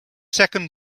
second